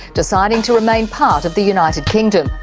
deciding to remain part of the united kingdom.